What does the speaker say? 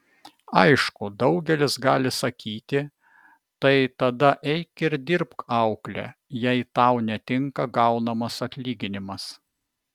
aišku daugelis gali sakyti tai tada eik ir dirbk aukle jei tau netinka gaunamas atlyginimas